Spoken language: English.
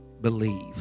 believe